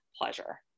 pleasure